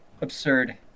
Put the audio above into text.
absurd